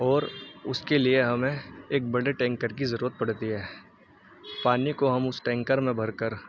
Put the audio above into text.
اور اس کے لیے ہمیں ایک بڑے ٹینکر کی ضرورت پڑتی ہے پانی کو ہم اس ٹینکر میں بھر کر